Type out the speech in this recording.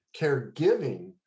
caregiving